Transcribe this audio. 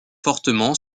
fortement